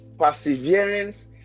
perseverance